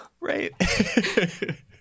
Right